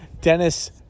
Dennis